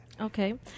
Okay